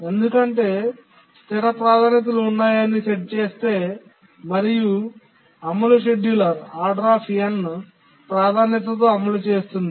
ఎందుకంటే స్థిర ప్రాధాన్యతలు ఉన్నాయని సెట్ చేస్తే మరియు అమలు షెడ్యూలర్ను ప్రాధాన్యతతో అమలు చేస్తుంది